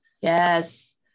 Yes